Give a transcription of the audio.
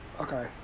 Okay